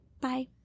Bye